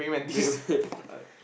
wait wait I